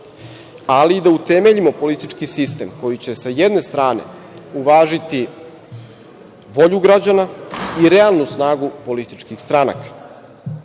ali i da utemeljimo politički sistem koji će, sa jedne strane, uvažiti volju građana i realnu snagu političkih stranka. Kada